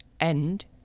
end